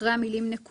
בסעיף 1,